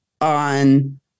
on